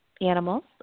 animals